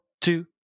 two